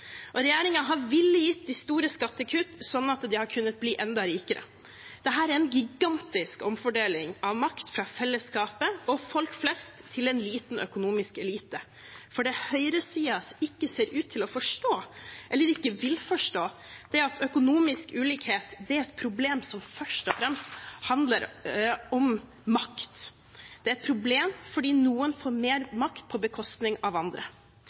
villig gitt dem store skattekutt, slik at de har kunnet bli enda rikere. Dette er en gigantisk omfordeling av makt fra fellesskapet og folk flest til en liten økonomisk elite. For det høyresiden ikke ser ut til å forstå, eller ikke vil forstå, er at økonomisk ulikhet er et problem som først og fremst handler om makt – det er et problem fordi noen får mer makt på bekostning av andre.